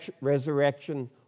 resurrection